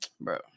Bro